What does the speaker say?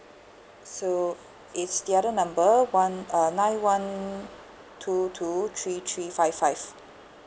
so it's the other number one uh nine one two two three three five five